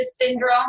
Syndrome